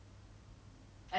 and some things can just late